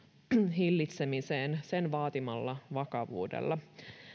hillitsemiseen sen vaatimalla vakavuudella